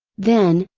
then,